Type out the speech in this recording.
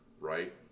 right